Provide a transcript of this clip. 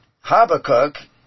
Habakkuk